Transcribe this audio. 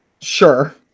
Sure